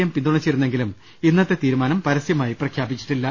M പിന്തുണച്ചിരുന്നെങ്കിലും ഇന്നത്തെ തീരുമാനം പരസ്യമായി പ്രഖ്യാപിച്ചിട്ടില്ല